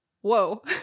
whoa